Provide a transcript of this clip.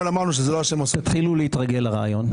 תתחילו להתרגל לרעיון.